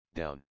down